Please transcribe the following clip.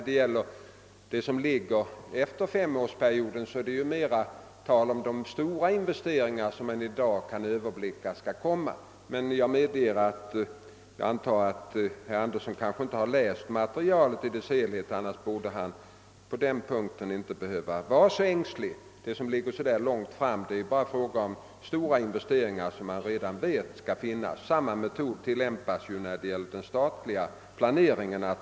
Det som ligger efter femårsperioden i planeringen är i huvudsak stora investeringar som i dag kan förutses. Herr Andersson har kanske inte läst materialet i dess helhet, ty då hade han inte behövt vara så ängslig på den punkten. Det som avser en långt avlägsen framtid är ju som sagt bara stora investeringar som man redan vet skall komma. Samma metod tillämpas ju när det gäller den statliga planeringen.